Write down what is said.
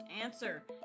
answer